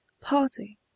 party